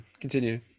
continue